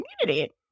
community